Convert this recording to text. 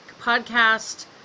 podcast